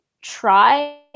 try